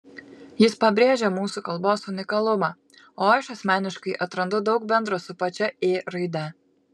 jis pabrėžia mūsų kalbos unikalumą o aš asmeniškai atrandu daug bendro su pačia ė raide